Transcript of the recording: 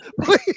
Please